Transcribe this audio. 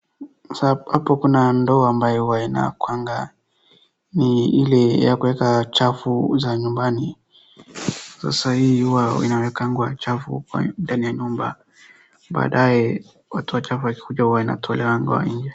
Hapo kuna ndoo ambaye huwa inakuwanga ni ile ya kueka chafu za nyumbani. Sasa hii huwa inawekangwa chafu kwa ndani ya nyumba baadae watu wa chafu wakikuja hua inatolewangwa nje.